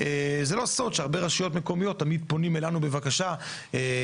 זה לא סוד שהרבה רשויות מקומיות תמיד פונים אלינו בבקשה לבטל